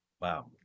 Wow